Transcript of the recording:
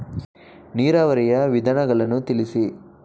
ನೀರಾವರಿಯ ವಿಧಾನಗಳನ್ನು ತಿಳಿಸಿ?